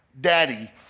daddy